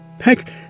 Heck